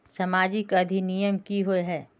सामाजिक अधिनियम की होय है?